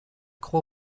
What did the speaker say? croit